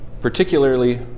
Particularly